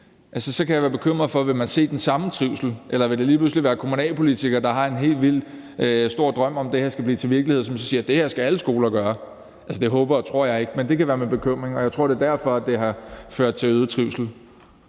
så kan jeg være bekymret for, om man vil se den samme trivsel, eller om det lige pludselig vil være kommunalpolitikere, der har en helt vildt stor drøm om, at det her skal blive til virkelighed, som så siger: Det her skal alle skoler gøre. Det håber og tror jeg ikke, men det kan være min bekymring, og jeg tror, det er derfor, det har ført til øget trivsel.